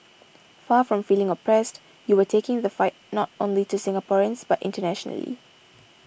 far from feeling oppressed you were taking the fight not only to Singaporeans but internationally